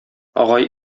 агай